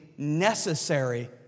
Necessary